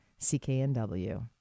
CKNW